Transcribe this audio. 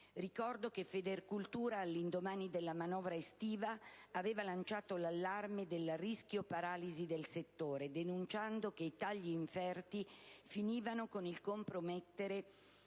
Ricordo che Federculture, all'indomani della manovra estiva, aveva lanciato l'allarme sul rischio paralisi del settore, denunciando che i tagli inferti finivano con il compromettere